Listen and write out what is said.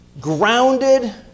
grounded